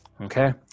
Okay